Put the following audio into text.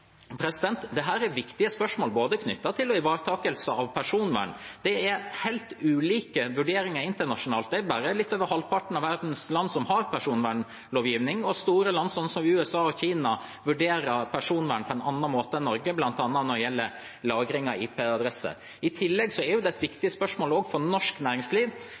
er viktige spørsmål knyttet til ivaretakelse av personvern. Det er helt ulike vurderinger internasjonalt. Det er bare litt over halvparten av verdens land som har personvernlovgivning. Store land som USA og Kina vurderer personvern på en annen måte enn Norge, bl.a. når det gjelder lagring av IP-adresser. I tillegg er det et viktig spørsmål for norsk næringsliv.